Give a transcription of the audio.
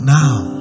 now